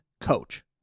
coach